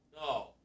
No